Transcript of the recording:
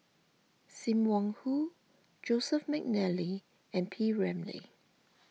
Sim Wong Hoo Joseph McNally and P Ramlee